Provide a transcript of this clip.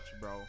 bro